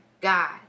God